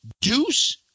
Deuce